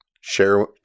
share